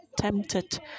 tempted